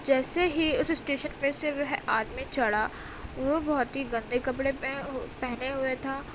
جیسے ہی اس اسٹیشن پہ سے وہ آدمی چڑھا وہ بہت ہی گندے کپڑے پہنے ہوئے تھا